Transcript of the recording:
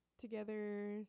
together